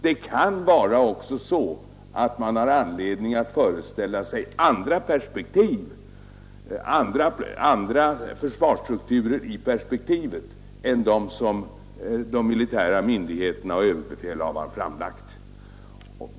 Det kan också vara så att man har anledning att föreställa sig andra försvarsstrukturer i perspektivet än de som de militära myndigheterna och överbefälhavaren framlagt.